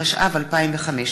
7), התשע"ו 2015,